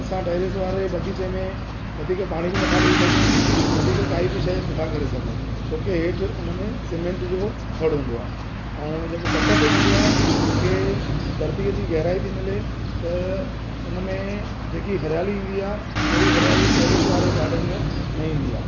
असां टैरिस वारे बग़ीचे में वधीक पाणी बि नथा ॾई सघूं वधीक काई बि शइ नथा करे सघूं छोकी हेठि उनमें सीमेंट जो थड़ हूंदो आहे ऐं जेको पट ते हूंदो आहे उनखे धरतीअ जी गहराई ती मिले त उनमें जेकी हरियाली ईंदी आहे अहिड़ी हरियाली टैरिस वारे गाडन में न ईंदी आहे